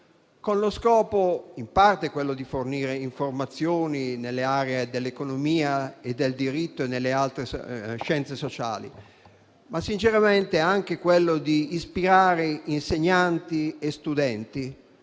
con lo scopo in parte di fornire informazioni nelle aree dell'economia e del diritto e nelle altre scienze sociali, ma sinceramente anche di ispirare insegnanti e studenti